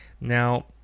Now